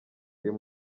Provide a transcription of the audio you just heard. uyu